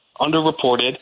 underreported